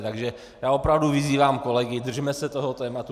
Tak já opravdu vyzývám kolegy, držme se toho tématu.